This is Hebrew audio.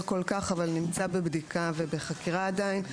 כל כך אבל נמצא בבדיקה ובחקירה עדיין.